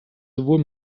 sowohl